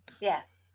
Yes